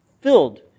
filled